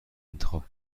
انتخاب